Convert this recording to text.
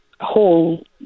whole